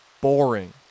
boring